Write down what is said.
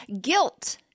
Guilt